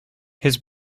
his